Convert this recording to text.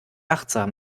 achtsam